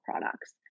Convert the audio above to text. products